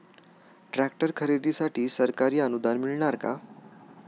Tractor खरेदीसाठी सरकारी अनुदान मिळणार का?